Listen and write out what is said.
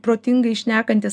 protingai šnekantis